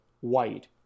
white